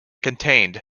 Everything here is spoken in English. contained